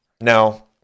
now